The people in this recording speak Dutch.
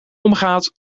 omgaat